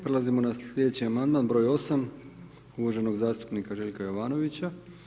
Prelazimo na sljedeći amandman br. 8 uvaženog zastupnika Željka Jovanovića.